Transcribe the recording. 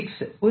6